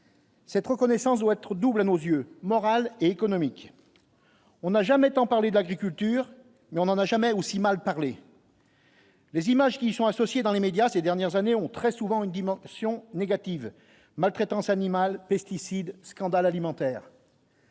Cette reconnaissance doit être doublé, à nos yeux, moral et économique. On n'a jamais tant parlé de l'agriculture, mais on n'en a jamais aussi mal parlé. Les images qui sont associés dans les médias ces dernières années ont très souvent une dimension négative maltraitance animale pesticides scandale alimentaire.